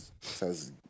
says